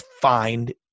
find